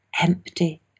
empty